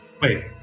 Wait